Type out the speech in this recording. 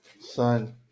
Son